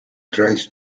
tries